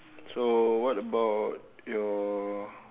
so what about your